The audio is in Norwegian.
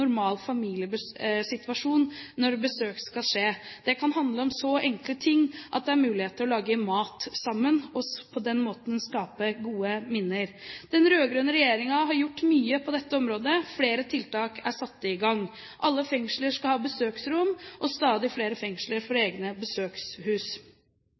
når besøk skal skje. Det kan handle om så enkle ting som at det er mulighet til å lage mat sammen, og på den måten å skape gode minner. Den rød-grønne regjeringen har gjort mye på dette området, og flere tiltak er satt i gang. Alle fengsler skal ha besøksrom, og stadig flere fengsler